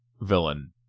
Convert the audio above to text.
villain